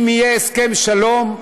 אם יהיה הסכם שלום,